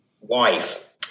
wife